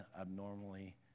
abnormally